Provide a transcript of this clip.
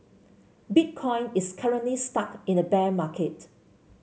Bitcoin is currently stuck in a bear market